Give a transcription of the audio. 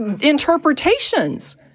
interpretations